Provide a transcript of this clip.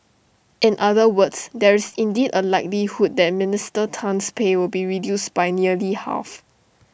in other words there is indeed A likelihood that Minister Tan's pay will be reduced by nearly half